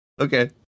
Okay